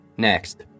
Next